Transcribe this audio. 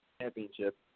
championship